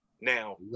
Now